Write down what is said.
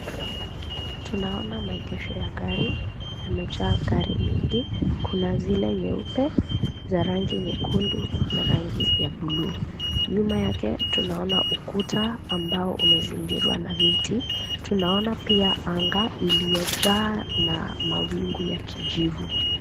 Tunaona maegesho ya gari yamejaa gari mengi, kuna zile nyeupe za rangi nyekundu na rangi ya buluu. Nyuma yake tunaona ukuta ambao umezingirwa na miti. Tunaona pia anga iliyojaa na mawingu ya kijivu.